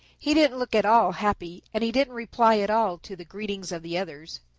he didn't look at all happy, and he didn't reply at all to the greetings of the others.